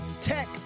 Tech